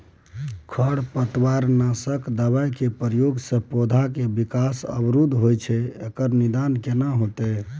खरपतवार नासक दबाय के प्रयोग स पौधा के विकास अवरुध होय छैय एकर निदान केना होतय?